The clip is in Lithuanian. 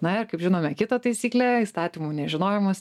na ir kaip žinome kitą taisyklę įstatymų nežinojimas